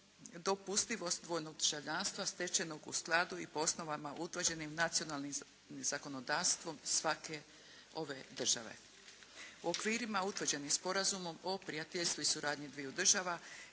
dopustivost dvojnog državljanstva stečenog u skladu i po osnovama utvrđenim nacionalnim zakonodavstvom svake, ove države. U okvirima utvrđenim sporazumom o prijateljstvu i suradnji dviju država